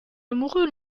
amoureux